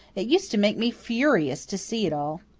it used to make me furious to see it all.